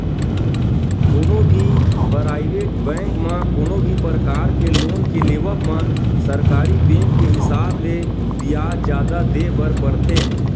कोनो भी private bank म कोनो भी परकार के लोन के लेवब म सरकारी बेंक के हिसाब ले बियाज जादा देय बर परथे